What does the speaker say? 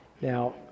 Now